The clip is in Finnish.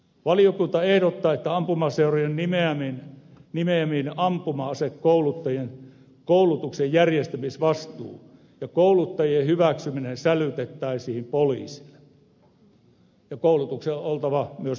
valiokunta ehdottaa että ampumaseurojen nimeämien ampuma asekouluttajien koulutuksen järjestämisvastuu ja kouluttajien hyväksyminen sälytettäisiin poliisille ja että koulutuksen on oltava myös maksutonta